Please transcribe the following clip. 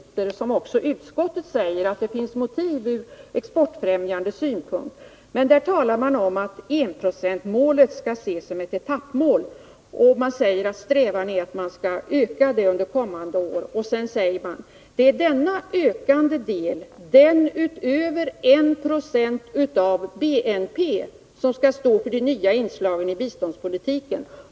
Där säger man, liksom också utskottet, att det finns motiv ur exportfrämjande synpunkt. Man talar också om enprocentsmålet som ett etappmål. Man säger att strävan är att man skall öka det under kommande år, och sedan tillägger man att det är denna ökande del —den över 1 26 av BNP —- som skall stå för de nya inslagen i biståndspolitiken.